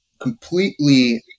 completely